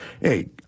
Hey